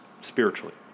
spiritually